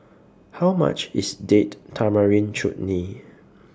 How much IS Date Tamarind Chutney